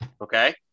Okay